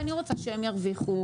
ואני רוצה שהם ירוויחו.